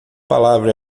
palavra